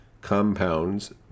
compounds